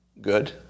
good